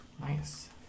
Nice